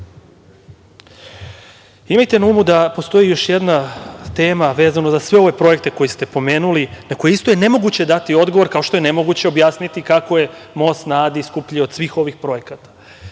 na umu da postoji još jedna tema vezana za sve ove projekte koje ste pomenuli, na koje isto je nemoguće dati odgovor, kao što je nemoguće objasniti kako je most na Adi skuplji od svih ovih projekata.